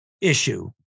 issue